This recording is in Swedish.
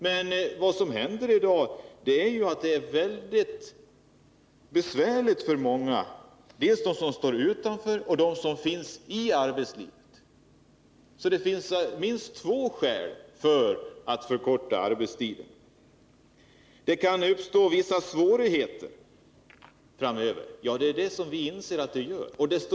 Men i dag är det mycket besvärligt för många, dels för dem som står utanför, dels för dem som finns i arbetslivet. Så det finns minst två skäl att förkorta arbetstiden. Det kan uppstå vissa svårigheter framöver, sade Gabriel Romanus.